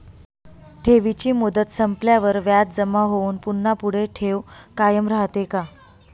ठेवीची मुदत संपल्यावर व्याज जमा होऊन पुन्हा पुढे ठेव कायम राहते का?